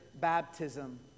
baptism